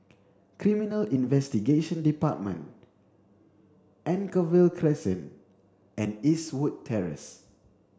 Criminal Investigation Department Anchorvale Crescent and Eastwood Terrace